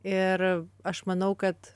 ir aš manau kad